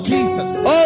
Jesus